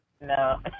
No